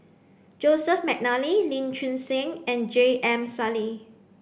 Joseph Mcnally Lee Choon Seng and J M Sali